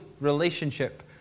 relationship